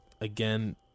Again